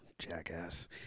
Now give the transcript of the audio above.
jackass